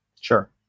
sure